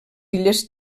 illes